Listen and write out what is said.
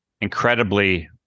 incredibly